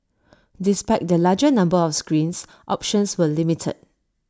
despite the larger number of screens options were limited